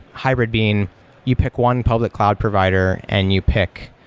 hybrid being you pick one public cloud provider and you pick,